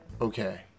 Okay